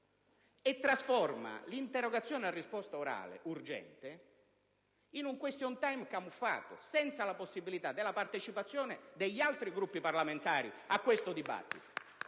e trasforma l'interrogazione a risposta orale urgente in un *question time* camuffato, senza la possibilità della partecipazione degli altri Gruppi parlamentari a questo dibattito,